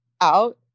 out